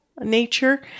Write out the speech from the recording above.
nature